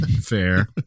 Fair